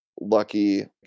lucky